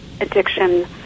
addiction